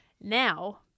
Now